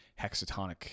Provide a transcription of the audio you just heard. hexatonic